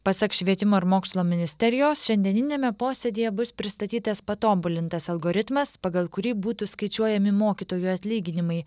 pasak švietimo ir mokslo ministerijos šiandieniniame posėdyje bus pristatytas patobulintas algoritmas pagal kurį būtų skaičiuojami mokytojų atlyginimai